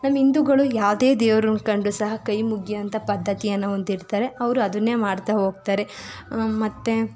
ನಮ್ಮ ಹಿಂದೂಗಳು ಯಾವುದೇ ದೇವರನ್ನ ಕಂಡರೂ ಸಹ ಕೈ ಮುಗ್ಯೋಂತ ಪದ್ದತಿಯನ್ನು ಹೊಂದಿರ್ತಾರೆ ಅವರೂ ಅದನ್ನೇ ಮಾಡ್ತಾ ಹೋಗ್ತಾರೆ ಮತ್ತೆ